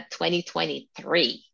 2023